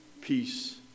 peace